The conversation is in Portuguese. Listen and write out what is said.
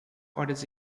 horas